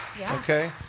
Okay